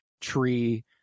tree